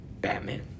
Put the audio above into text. Batman